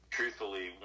truthfully